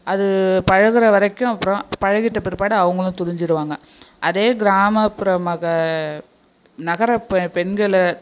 அது பழகுறவரைக்கும் அப்புறம் பழகிட்ட பிற்பாடு அவங்களும் துணுச்சிவிடுவாங்க அதே கிராமப்புற மக நகர பெண்களை